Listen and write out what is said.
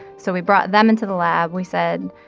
so we brought them into the lab. we said,